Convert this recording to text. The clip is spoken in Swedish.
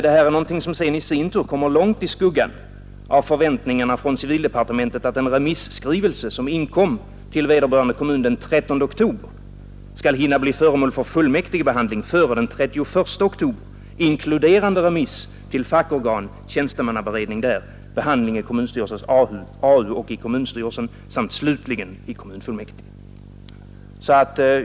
Det här är någonting som i sin tur kommer helt i skuggan av förväntningarna från civildepartementet att en remisskrivelse som inkom till vederbörande kommun den 13 oktober skall hinna bli föremål för fullmäktigebehandling före den 31 oktober, inkluderande remiss till fackorgan, tjänstemannaberedning där, behandling i kommunstyrelsens AU och i kommunstyrelsen samt slutligen i kommunfullmäktige.